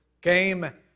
came